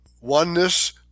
oneness